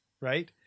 right